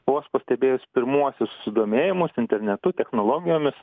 vos pastebėjus pirmuosius susidomėjimus internetu technologijomis